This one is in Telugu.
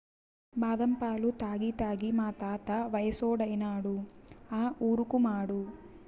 బాదం పాలు తాగి తాగి మా తాత వయసోడైనాడు ఆ ఊరుకుమాడు